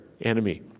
enemy